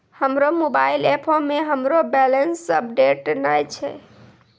हमरो मोबाइल एपो मे हमरो बैलेंस अपडेट नै छै